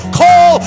call